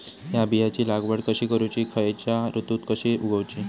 हया बियाची लागवड कशी करूची खैयच्य ऋतुत कशी उगउची?